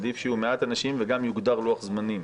עדיף שיהיו מעט אנשים וגם יוגדר לוח זמנים.